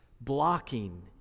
blocking